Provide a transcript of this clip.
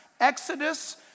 exodus